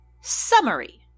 summary